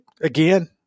again